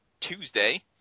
Tuesday